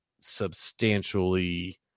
substantially